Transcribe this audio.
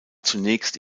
zunächst